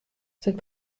sind